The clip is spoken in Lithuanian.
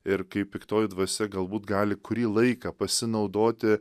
ir kaip piktoji dvasia galbūt gali kurį laiką pasinaudoti